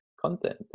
content